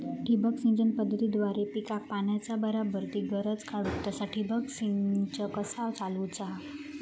ठिबक सिंचन पद्धतीद्वारे पिकाक पाण्याचा बराबर ती गरज काडूक तसा ठिबक संच कसा चालवुचा?